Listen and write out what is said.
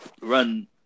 run